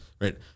right